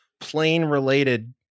plane-related